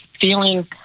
feeling